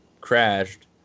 crashed